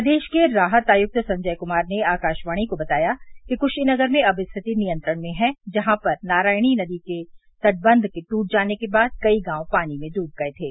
प्रदेश के राहत आयक्त संजय कुमार ने आकाशवाणी को बताया कि कुशीनगर में अब स्थिति नियंत्रण में है जहां पर नारायणी नदी पर तटबंध के टूट जाने के बाद कई गांव पानी में डूब गए थे